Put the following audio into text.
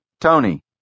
Tony